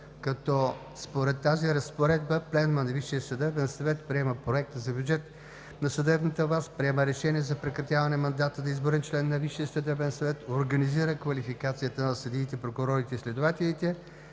като според тази разпоредба Пленумът на Висшия съдебен съвет приема проект за бюджет на съдебната власт, приема решение за прекратяване мандата на изборен член на Висшия съдебен съвет, организира квалификацията на съдиите, прокурорите и следователите,